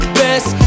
best